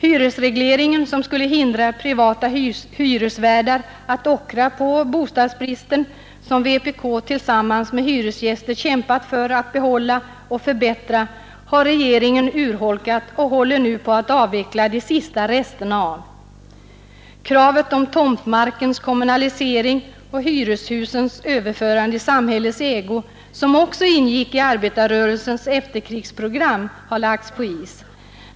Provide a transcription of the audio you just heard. Hyresregleringen som skulle hindra privata hyresvärdar att ockra på bostadsbristen och som vpk tillsammans med hyresgäster kämpat för att behålla och förbättra, har regeringen urholkat och håller nu på att avveckla de sista resterna av. Kravet på tomtmarkens kommunalisering och hyreshusens överförande i samhällets ägo, som också ingick i arbetarrörelsens efterkrigsprogram, har lagts på is.